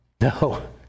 No